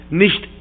nicht